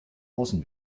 außen